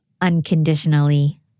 unconditionally